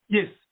Yes